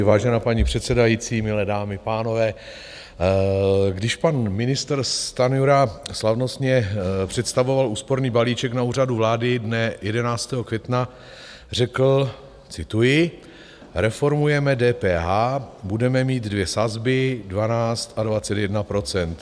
Vážená paní předsedající, milé dámy a pánové, když pan ministr Stanjura slavnostně představoval úsporný balíček na Úřadu vlády dne 11. května, řekl cituji: Reformujeme DPH, budeme mít dvě sazby 12 a 21 procent.